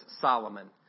Solomon